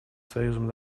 союзом